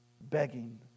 begging